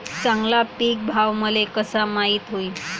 चांगला पीक भाव मले कसा माइत होईन?